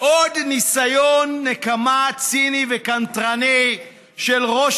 עוד ניסיון נקמה ציני וקנטרני של ראש